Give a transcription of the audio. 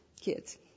kids